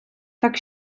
так